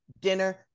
dinner